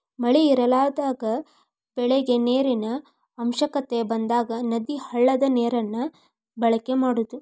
ಮಳಿ ಇರಲಾರದಾಗ ಬೆಳಿಗೆ ನೇರಿನ ಅವಶ್ಯಕತೆ ಬಂದಾಗ ನದಿ, ಹಳ್ಳದ ನೇರನ್ನ ಬಳಕೆ ಮಾಡುದು